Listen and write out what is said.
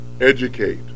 educate